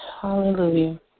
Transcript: Hallelujah